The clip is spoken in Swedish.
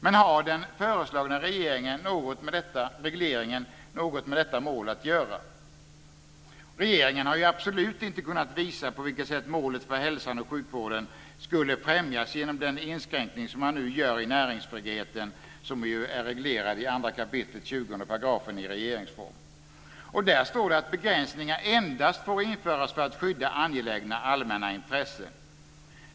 Men har den föreslagna regleringen något med detta mål att göra? Regeringen har absolut inte kunnat visa på vilket sätt målet för hälsan och sjukvården skulle främjas genom den inskränkning som man nu gör i näringsfriheten, som är reglerad i 2 kap. 20 § regeringsformen. Och där står det att begränsningar endast får införas för att skydda angelägna allmänna intressen.